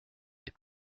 des